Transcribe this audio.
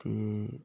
ਅਤੇ